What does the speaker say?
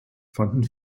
fanden